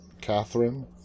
Catherine